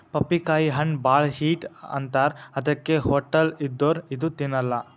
ಪಪ್ಪಿಕಾಯಿ ಹಣ್ಣ್ ಭಾಳ್ ಹೀಟ್ ಅಂತಾರ್ ಅದಕ್ಕೆ ಹೊಟ್ಟಲ್ ಇದ್ದೋರ್ ಇದು ತಿನ್ನಲ್ಲಾ